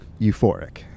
euphoric